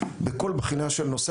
בכל בחינה של נושא,